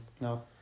No